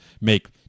make